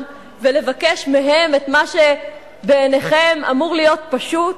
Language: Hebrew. ולבקש מהם את מה שבעיניכם אמור להיות פשוט?